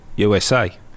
USA